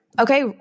Okay